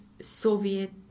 Soviet